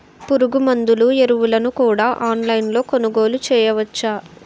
పురుగుమందులు ఎరువులను కూడా ఆన్లైన్ లొ కొనుగోలు చేయవచ్చా?